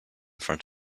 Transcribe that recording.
front